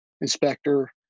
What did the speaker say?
inspector